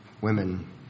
women